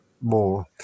more